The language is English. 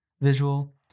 visual